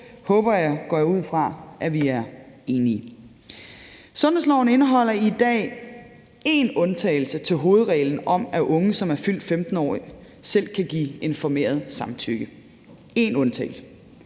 håber jeg og går jeg ud fra at vi er enige. Sundhedsloven indeholder i dag én undtagelse til hovedreglen om, at unge, som er fyldt 15 år, selv kan give informeret samtykke, og den undtagelse